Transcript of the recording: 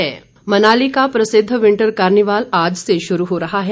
winter carnival Manali का प्रसिद्ध winter carnival आज से शुरू हो रहा है